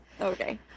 Okay